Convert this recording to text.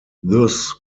thus